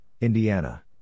Indiana